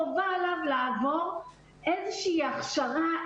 חובה עליו לעבור איזושהי הכשרה,